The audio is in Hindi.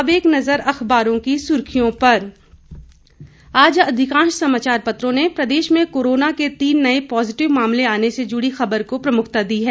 अब एक नजर अखबारों की सुर्खियों पर आज अधिकांश समाचार पत्रों ने प्रदेश में कोरोना के तीन नए पॉजिटिव मामले आने से जुड़ी खबर को प्रमुखता दी है